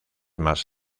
más